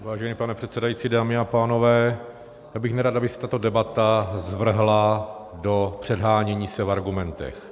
Vážený pane předsedající, dámy a pánové, já bych nerad, aby se tato debata zvrhla do předhánění se v argumentech.